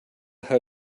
how